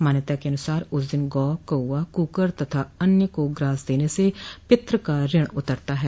मान्यता के अनुसार उस दिन गौ कौआ कूकर तथा अन्य को ग्रास देने से पितृ का ऋण उतरता है